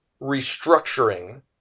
restructuring